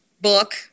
book